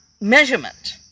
measurement